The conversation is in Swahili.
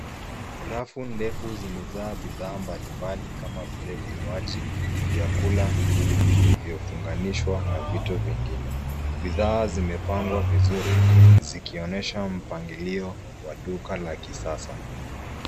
Rafu ndefu zimejaa bidhaa mbalimbali kama vile vinywaji, vyakula vilivyofunganishwa na vitu vingine. Bidhaa zimepangwa vizuri zikionyesha mpangilio wa duka la kisasa.